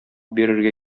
бирергә